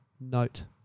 note